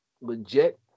Legit